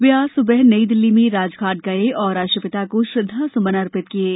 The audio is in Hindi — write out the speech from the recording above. वे आज सुबह नई दिल्ली में राजघाट गये और राष्ट्रपिता को श्रद्वा सुमन अर्पित किये